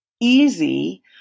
easy